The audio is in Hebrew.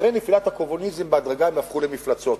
אחרי נפילת הקומוניזם, בהדרגה הם הפכו למפלצות.